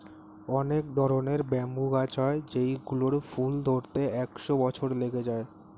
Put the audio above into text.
অনেক ধরনের ব্যাম্বু গাছ হয় যেই গুলোর ফুল ধরতে একশো বছর লেগে যায়